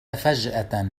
فجأة